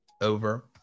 over